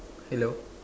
hello